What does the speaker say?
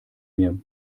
mir